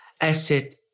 asset